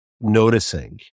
noticing